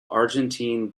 argentine